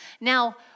Now